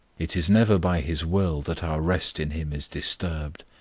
it is never by his will that our rest in him is disturbed.